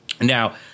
Now